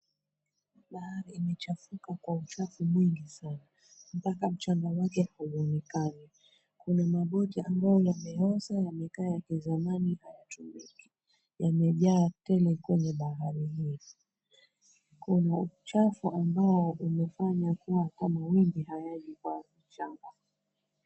Bahari umechafuka kwa uchafu mwingi sana mpaka mchanga wake hauonekani kuna maboti ambayo yameoza yanakaa ya kizamani havitumiki, yamejaa kwenye bahari hii kuna uchafu unayofanya mawimbi hayaji kwa mchanga.